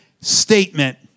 statement